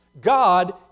God